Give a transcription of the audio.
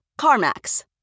CarMax